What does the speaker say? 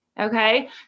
Okay